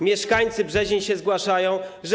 Mieszkańcy Brzezin się zgłaszają, że.